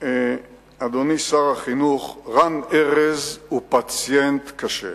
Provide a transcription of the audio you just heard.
אדוני שר החינוך: רן ארז הוא פציינט קשה.